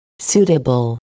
Suitable